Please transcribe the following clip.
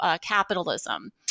capitalism